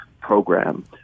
program